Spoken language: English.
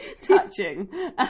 touching